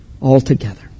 altogether